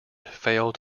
failed